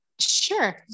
Sure